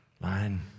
line